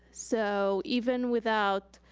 so even without,